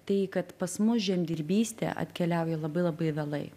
tai kad pas mus žemdirbystė atkeliauja labai labai vėlai